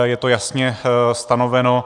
Je to jasně stanoveno.